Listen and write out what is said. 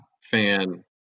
fan